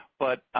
but